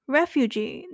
Refugee，